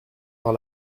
par